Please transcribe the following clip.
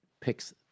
picks